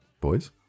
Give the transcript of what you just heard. Boys